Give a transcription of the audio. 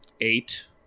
eight